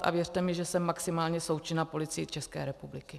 A věřte mi, že jsem maximálně součinná Policii České republiky.